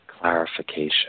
clarification